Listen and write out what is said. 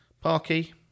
Parky